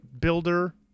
builder